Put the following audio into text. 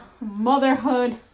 motherhood